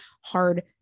hard